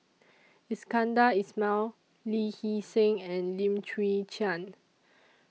Iskandar Ismail Lee Hee Seng and Lim Chwee Chian